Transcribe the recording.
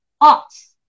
ox